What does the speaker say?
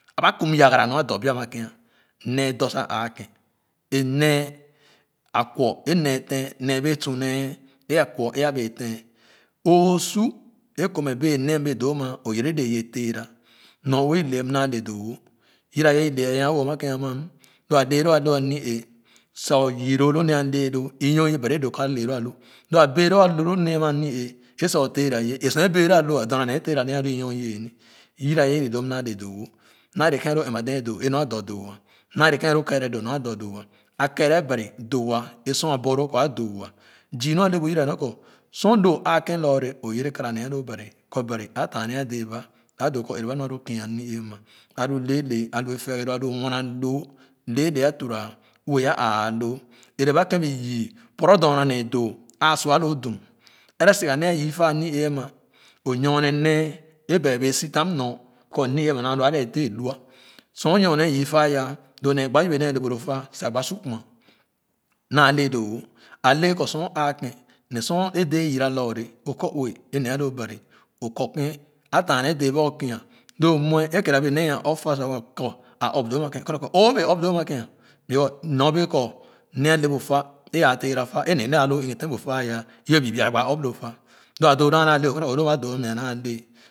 Aba kum yagara nu a do bia kén nee dɔ sa aakèn é nee a kwo é nee bee su nee é akwɔ é a bee ten oo su é kɔ mɛ bee nee bee doo amia o yɛrɛ dee ye teera myor-ue ile ana naa le doo wo yiraya a nya wo wo ama ken ama lo a lɛɛ lo a lo aniee sa o yiiloo lo nee a lɛɛ lo ɔnyor ee ban da kɔ a lɛɛ loo alo lo a bea lo lo niae sa oteera yii é sor é bɛan lo a lo ah dorna nee é teera le a lo i ngor ee naghe yiraga é le m naa nee doo-wo naa le kai a lo ɛn-ma dee doo é nu dɔ doo ah naa le kèn a lo kɛɛrɛ doo naa dɔ doo ah akɛɛrɛ bari doo utah é sor a borloo kɔ a doowah zii nu a le bu yira yah ni kɔ sor lo aakèn lorre o yira yah nee a loo bari kɔ bari a taa nee a dee ba a doo kɔ ɛreba nu alo kia a ni-ee ama a nu lɛɛ lɛ ahu étɛɛyelo, ahu nwa na loo lɛɛlɛ a tuura ue a ãã loo ɛrɛba kén bii yii poro dorna nee doo a su a lo dum ɛrɛ si ga nee a yii fa a ni-ee nyorne nee é ba bean si tan nyon kɔ ni-ee am aa nɔn a lo a lɛɛ dɛɛ lõ sor o ayorne yii fa ah lo nee gba yɛbɛ nee a bee le fa sa gba su kumra naa le doo-wo a le kɔ sor o aakai nee sor e dee yira lor-re o kɔ ue é nee alo ban o kɔ kèn a taa ne dɛɛ ba okia dɔ nwe é kereabee nee a ɔp fa sa kɔ kɔ a ɔp doo ana kèn kɔ o bee ɔp doo ama kèn because nyor be kɔ nee a le bu fa é ua tera fa é nee nee a lo ɛgo ten bu fa yah yɛ bii bia gbaa ɔp lo fa lo a doo nu a naa le m kɔ ye ne kɔ a doo wo mɛ a naale.